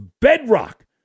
bedrock